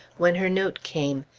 when her note came.